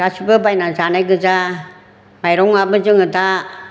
गासिबो बायनानै जानाय गोजा माइरंआबो जोङो दा